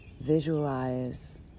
visualize